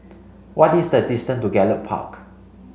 what is the distance to Gallop Park